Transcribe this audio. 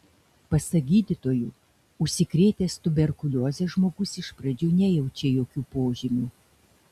pasak gydytojų užsikrėtęs tuberkulioze žmogus iš pradžių nejaučia jokių požymių